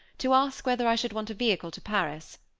to ask whether i should want a vehicle to paris?